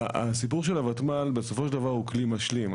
הסיפור של הוותמ"ל בסופו של דבר הוא כלי משלים.